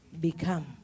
become